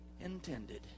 intended